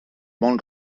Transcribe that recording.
món